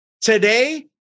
Today